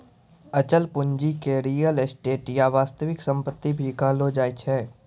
अचल पूंजी के रीयल एस्टेट या वास्तविक सम्पत्ति भी कहलो जाय छै